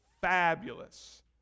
fabulous